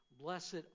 blessed